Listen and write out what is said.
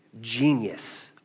genius